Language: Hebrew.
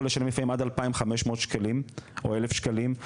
לשלם לפעמים עד 2,500 שקלים או 1,000 שקלים?